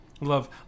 Love